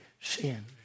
sin